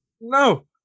No